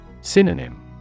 Synonym